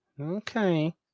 Okay